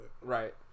Right